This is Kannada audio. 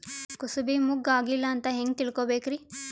ಕೂಸಬಿ ಮುಗ್ಗ ಆಗಿಲ್ಲಾ ಅಂತ ಹೆಂಗ್ ತಿಳಕೋಬೇಕ್ರಿ?